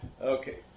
Okay